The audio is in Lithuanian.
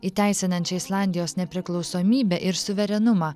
įteisinančią islandijos nepriklausomybę ir suverenumą